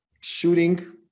shooting